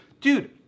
Dude